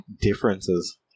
differences